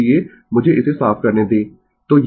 इसलिए मुझे इसे साफ करने दें